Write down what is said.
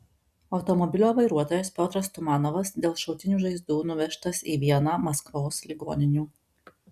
automobilio vairuotojas piotras tumanovas dėl šautinių žaizdų nuvežtas į vieną maskvos ligoninių